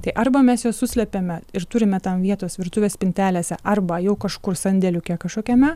tai arba mes juos suslepiame ir turime tam vietos virtuvės spintelėse arba jau kažkur sandėliuke kažkokiame